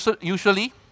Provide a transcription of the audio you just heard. Usually